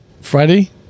Friday